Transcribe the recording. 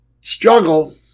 struggle